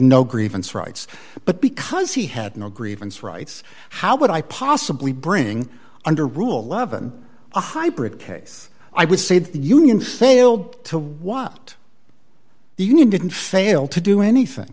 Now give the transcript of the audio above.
no grievance rights but because he had no grievance rights how would i possibly bring under rule eleven a hybrid case i would say that the union failed to what the union didn't fail to do anything